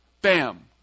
Bam